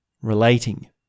relating